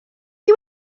chi